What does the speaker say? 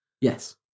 Yes